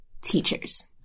teachers